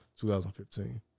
2015